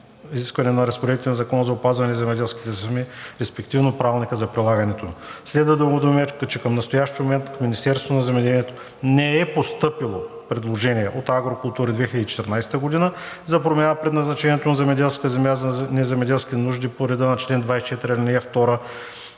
изисквания на разпоредбите на Закона за опазване на земеделските земи, респективно Правилника за прилагането му. Следва да Ви уведомя, че към настоящия момент в Министерството на земеделието не е постъпвало предложение от „Агро култури 2014“ ЕООД за промяна на предназначението на земеделска земя за неземеделски нужди по реда на чл. 24, ал. 2 във